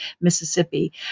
Mississippi